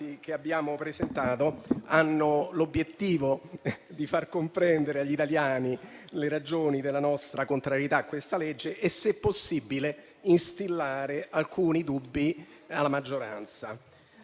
che abbiamo presentato hanno l'obiettivo di far comprendere agli italiani le ragioni della nostra contrarietà al presente disegno di legge e, se possibile, instillare alcuni dubbi nella maggioranza,